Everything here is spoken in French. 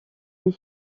des